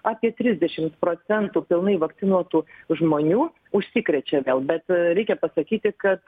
apie trisdešimt procentų pilnai vakcinuotų žmonių užsikrečia vėl bet reikia pasakyti kad